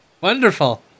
Wonderful